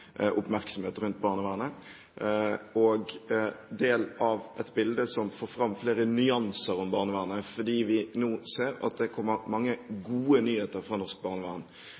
oppmerksomhet rundt barnevernet, og del av et bilde som får fram flere nyanser om barnevernet, fordi vi nå ser at det kommer mange gode nyheter fra norsk barnevern.